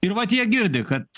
ir vat jie girdi kad